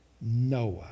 Noah